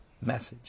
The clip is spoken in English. message